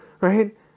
right